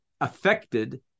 affected